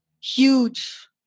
huge